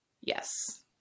Yes